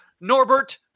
Norbert